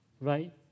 right